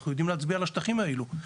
ואנחנו יודעים להצביע על השטחים האלו.